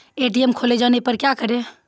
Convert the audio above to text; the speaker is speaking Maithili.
ए.टी.एम खोजे जाने पर क्या करें?